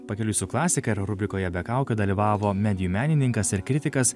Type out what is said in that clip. pakeliui su klasika ir rubrikoje be kaukių dalyvavo medijų menininkas ir kritikas